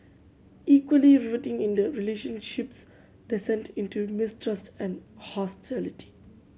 equally riveting is the relationship's descent into mistrust and hostility